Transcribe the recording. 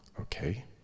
Okay